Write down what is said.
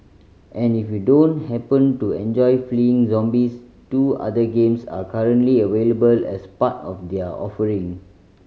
and if you don't happen to enjoy fleeing zombies two other games are currently available as part of their offering